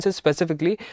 specifically